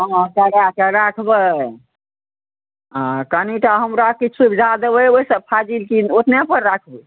हँ कराके राखबै कनीटा हमरा किछु सुविधा देबै ओहि सऽ फाजील की ओतने पर राखबै